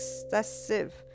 excessive